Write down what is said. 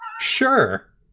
Sure